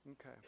Okay